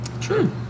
true